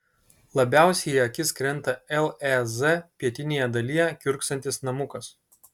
labiausiai į akis krenta lez pietinėje dalyje kiurksantis namukas